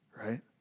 right